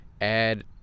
add